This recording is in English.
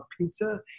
pizza